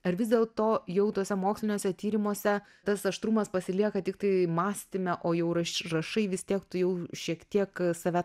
ar vis dėlto jau tuose moksliniuose tyrimuose tas aštrumas pasilieka tiktai mąstyme o jau raš rašai vis tiek tu jau šiek tiek save